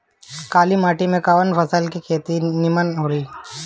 काली माटी में कवन फसल के खेती नीमन होई?